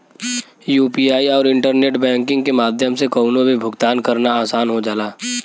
UPI आउर internet banking के माध्यम से कउनो भी भुगतान करना आसान हो जाला